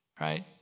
right